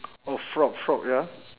oh frog frog ya